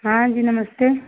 हाँ जी नमस्ते